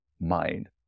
mind